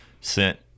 sent